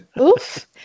Oof